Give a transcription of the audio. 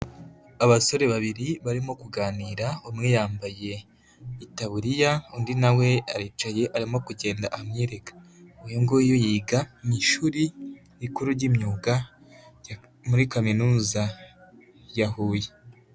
Abasore babiri barimo kuganira, umwe yambaye itaburiya undi na we aricaye arimo kugenda amwireka, uyu nguyu yiga mu ishuri rikuru ry'imyuga, muri kaminuza ya Huye.